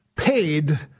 Paid